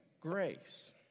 grace